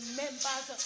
members